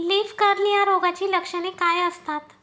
Leaf curl या रोगाची लक्षणे काय असतात?